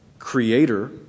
creator